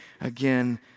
again